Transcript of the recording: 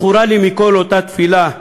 זכורה לי מכול אותה תפילה,